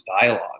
dialogue